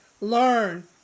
learn